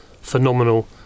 Phenomenal